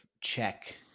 check